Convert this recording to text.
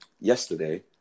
yesterday